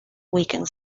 weekend